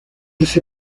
ese